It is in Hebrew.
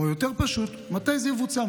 או יותר פשוט, מתי זה יבוצע?